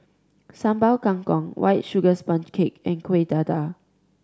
Sambal Kangkong White Sugar Sponge Cake and Kuih Dadar